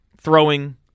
throwing